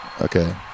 Okay